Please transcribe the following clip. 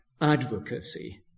advocacy